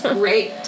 great